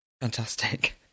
Fantastic